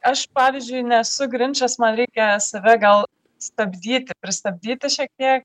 aš pavyzdžiui nesu grinčas man reikia save gal stabdyti pristabdyti šiek tiek